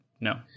no